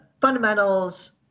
fundamentals